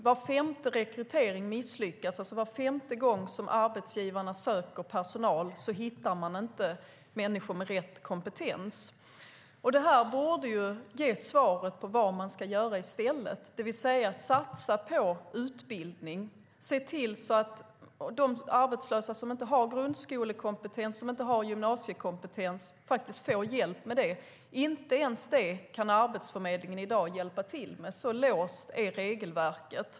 Var femte rekrytering misslyckas. Var femte gång som arbetsgivarna söker personal hittar de alltså inte människor med rätt kompetens. Det borde ge svaret på vad man ska göra i stället, det vill säga satsa på utbildning. Se till att de arbetslösa som inte har grundskolekompetens eller inte har gymnasiekompetens får hjälp med det. Inte ens det kan Arbetsförmedlingen hjälpa till med i dag. Så låst är regelverket.